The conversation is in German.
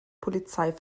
polizei